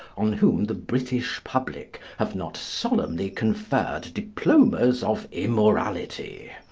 on whom the british public have not solemnly conferred diplomas of immorality,